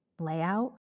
layout